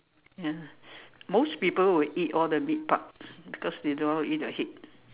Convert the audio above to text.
ya most people would eat all the meat part because they don't know how to eat the head